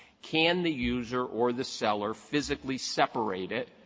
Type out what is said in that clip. can the user or the seller physically separate it,